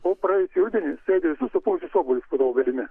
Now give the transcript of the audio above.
o praėjusį rudenį suėdė visus supuvusius obuolius po ta obelimi